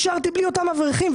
נשארתי בלי אותם אברכים,